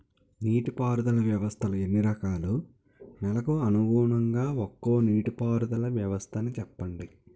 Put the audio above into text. నీటి పారుదల వ్యవస్థలు ఎన్ని రకాలు? నెలకు అనుగుణంగా ఒక్కో నీటిపారుదల వ్వస్థ నీ చెప్పండి?